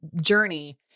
journey